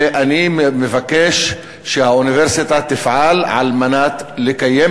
אני מבקש שהאוניברסיטה תפעל על מנת לקיים